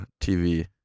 TV